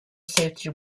safety